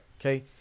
Okay